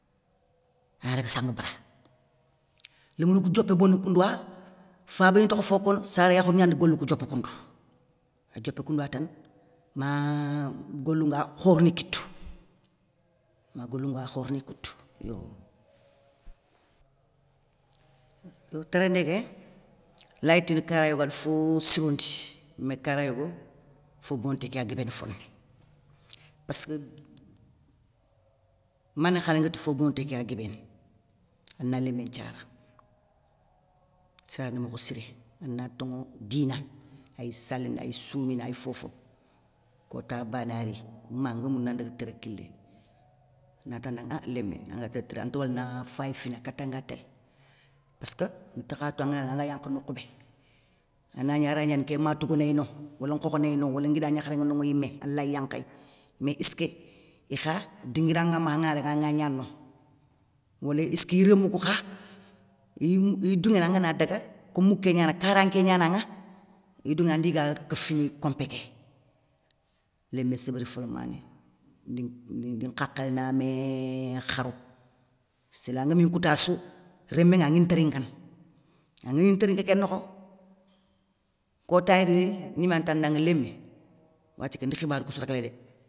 Anadaga sanga bara, lémounou kou diopé bono koundou wa, fabé ntakha fo kono sara yakharou gnanda golou kou diopa koundou. ad diopa koundou wa tane, ma goloun nga khoroni kitou, ma golou nga khoroni kitou yo. Yo téréndé ké, lay tini kara yogo ada fo sirondi, mé kara yogo, fo bononté ké ya guébéni foné, passkeu mani khani nguéti fo bononté ké ya guébéni, ana lémé nthiara, sarandi mokho siré, ana tonŋwo dina, ay salini ay soumini. ay fofo, kota bané ari ma nŋa moula na ndaga téré kilé, nata ndanŋa ah lémé, anga télé téré kilé anti wala na fay fina katan nga télé, passkeu ntakha tou angana daga anga yankhana nokhou bé, anagni araygnana nké matougounéy no wala nkhokhonéy no wala nguida gnakharé nŋa no yimé alay yankhéy, mais isskeu ikha dinguira nŋa makha angana daga anga gnaneno, wala isskiy romou kou kha, iy mou iy dounŋéné angana daga kom mouké gnananŋa, karanké gnananŋa iy dounŋéné andi ga kefini kompé ké, lémé sébéri folamané, ndi nhakhilé na méeeee karo. Séla ngami nkouta sou, rémé ŋa angui ntérinkana angani ntérinka kén nokho, kotay rini gnima ntadanŋa lémé, wathia ké ndi khibariukoussou réglé dé.